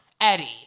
Eddie